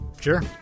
Sure